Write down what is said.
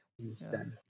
understand